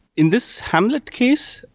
in this hamlet case,